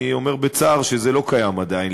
אני אומר בצער שזה לא קיים עדיין,